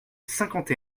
cinquante